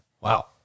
Wow